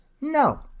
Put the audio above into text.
no